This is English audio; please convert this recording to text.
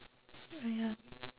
ya